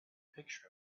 picture